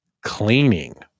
Cleaning